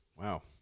Wow